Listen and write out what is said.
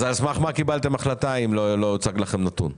אז על סמך מה קיבלתם החלטה, אם לא הוצג לכם נתון?